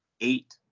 eight